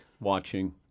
watching